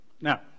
Now